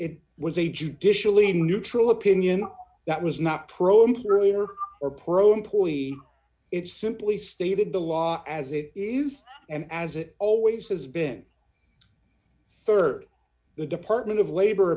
it was a judicially neutral opinion that was not pro employer or pro employee it's simply stated the law as it is and as it always has been rd the department of labor